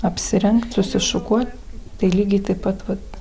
apsirengt susišukuot tai lygiai taip pat vat